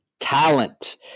Talent